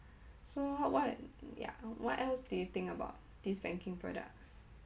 so what what ya what else do you think about these banking products